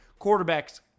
quarterbacks